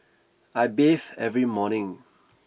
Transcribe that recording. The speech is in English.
I bathe every morning